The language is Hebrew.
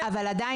מד"א.